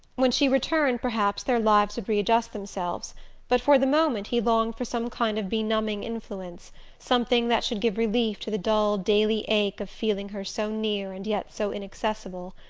when she returned perhaps their lives would readjust themselves but for the moment he longed for some kind of benumbing influence, something that should give relief to the dull daily ache of feeling her so near and yet so inaccessible.